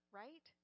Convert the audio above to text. right